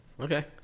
Okay